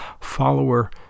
follower